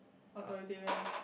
authoritative lor